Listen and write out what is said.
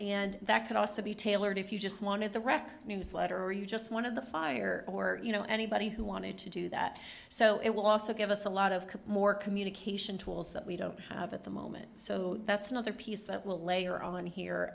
and that could also be tailored if you just wanted the rec newsletter or you just one of the fire or you know anybody who wanted to do that so it will also give us a lot of more communication tools that we don't have at the moment so that's another piece that will layer on